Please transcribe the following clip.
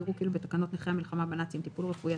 יראו כאילו בתקנות נכי המלחמה בנאצים (טיפול רפואי),